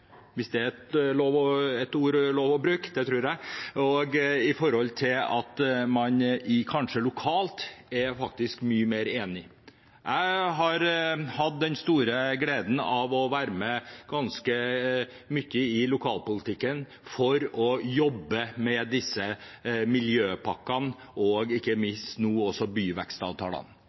er ord som er lov å bruke, og det tror jeg – med tanke på at man lokalt faktisk er mye mer enig. Jeg har hatt den store gleden av å være med ganske mye i lokalpolitikken for å jobbe med disse miljøpakkene og nå også, ikke minst, med byvekstavtalene.